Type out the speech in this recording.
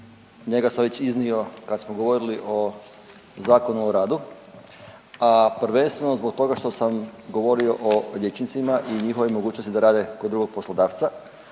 njega sam već iznio kad smo govorili o Zakonu o radu, a prvenstveno zbog toga što sam govorio o liječnicima i njihovim mogućnostima da rade kod drugog poslodavca,